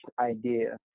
idea